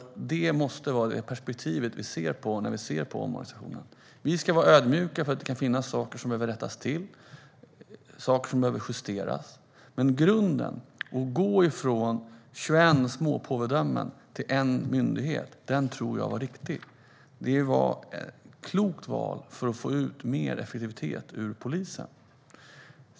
Det måste vara ur det perspektivet som vi ser på omorganisationen. Vi ska vara ödmjuka inför att det kan finnas saker som behöver rättas till eller justeras. Men grundtanken, att gå ifrån 21 småpåvedömen till en myndighet, var nog riktig. Det var ett klokt val för att man skulle få ut mer effektivitet ur polisen.